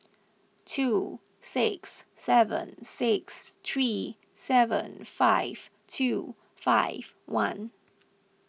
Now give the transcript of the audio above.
two six seven six three seven five two five one